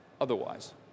otherwise